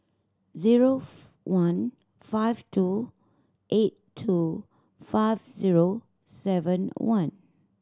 zero one five two eight two five zero seven one